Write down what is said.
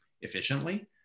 efficiently